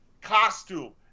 costume